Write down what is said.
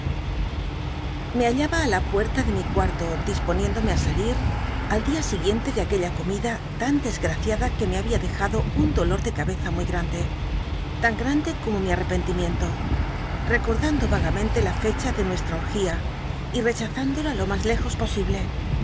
ilc hallaba á la puerta de mi cuarto disponiéndome á salir al dia siguiente de aqu ella comicia c lan dcsgmciada que me había dejado un dolor de cabeza muy grande tan grande como mi arrepentimiento rccocda ndo agamenle la fecha de nucstca orgía y rechazándola lo mas lejos posible